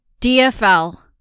DFL